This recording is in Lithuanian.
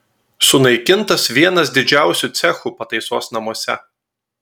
sunaikintas vienas didžiausių cechų pataisos namuose